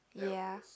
yeah